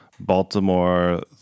baltimore